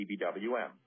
PBWM